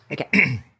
Okay